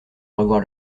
revoir